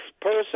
person